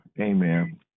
amen